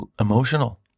emotional